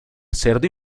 cerdo